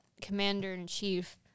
commander-in-chief